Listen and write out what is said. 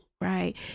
Right